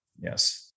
Yes